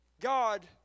God